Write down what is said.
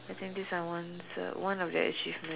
I think these are ones the one of the achievement